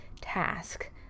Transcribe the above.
task